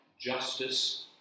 justice